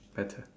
better